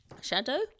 Shadow